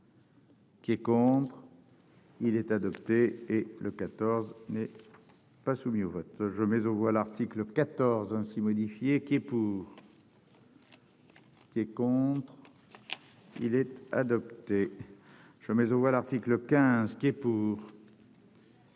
Qui est contre. Il est adopté et le 14 n'est pas soumis au vote je mais aux voix, l'article 14 ainsi modifiées qui est. Qui est contre, il est adopté, jamais on voit l'article 15 qui est pour.